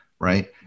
right